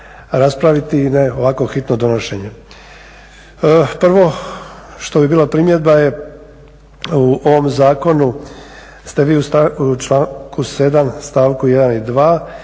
raspraviti i ne ovako hitno donošenje. Prvo što bi bilo primjedba je u ovom zakonu ste vi u članku 7., stavku 1. i 2.